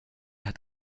hat